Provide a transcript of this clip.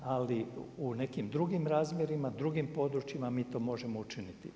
Ali u nekim drugim razmjerima, drugim područjima mi to možemo učiniti.